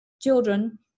children